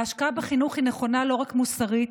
ההשקעה בחינוך נכונה לא רק מוסרית,